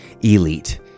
elite